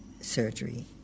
surgery